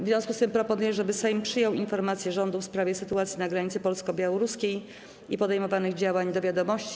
W związku z tym proponuję, żeby Sejm przyjął informację rządu w sprawie sytuacji na granicy polsko-białoruskiej i podejmowanych działań do wiadomości.